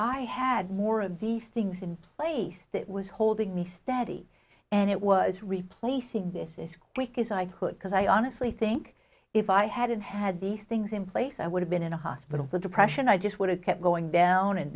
i had more of these things in place that was holding me steady and it was replacing this week as i could because i honestly think if i hadn't had these things in place i would have been in a hospital the depression i just would have kept going down and